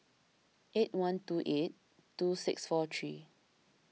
eight one two eight two six four three